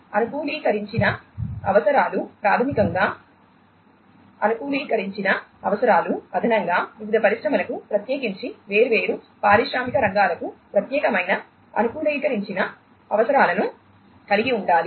అనుకూలీకరించిన అవసరాలు ప్రాథమికంగా అనుకూలీకరించిన అవసరాలు అదనంగా వివిధ పరిశ్రమలకు ప్రత్యేకించి వేర్వేరు పారిశ్రామిక రంగాలకు ప్రత్యేకమైన అనుకూలీకరించిన అవసరాలను కలిగి ఉండాలి